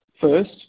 First